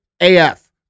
AF